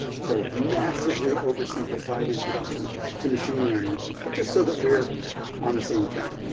so massively oversimplified introduction to machine learning, but just so that we're on the same term.